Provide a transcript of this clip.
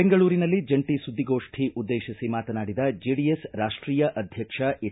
ಬೆಂಗಳೂರಿನಲ್ಲಿ ಜಂಟ ಸುದ್ದಿಗೋಷ್ಠಿ ಉದ್ದೇಶಿಸಿ ಮಾತನಾಡಿದ ಜೆಡಿಎಸ್ ರಾಷ್ಟೀಯ ಅಧ್ಯಕ್ಷ ಎಚ್